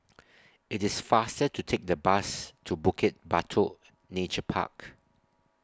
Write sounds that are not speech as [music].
[noise] IT IS faster to Take The Bus to Bukit Batok Nature Park